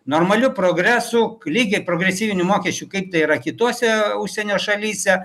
normaliu progresu lygiai progresyviniu mokesčiu kaip tai yra kituose užsienio šalyse